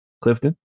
clifton